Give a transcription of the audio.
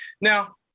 now